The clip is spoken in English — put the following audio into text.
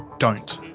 don't.